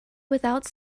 without